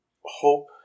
hope